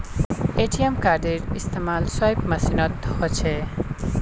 ATM कार्डेर इस्तमाल swipe मशीनत ह छेक